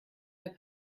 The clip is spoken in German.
der